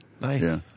Nice